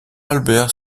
albert